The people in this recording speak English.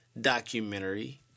documentary